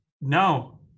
no